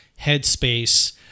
headspace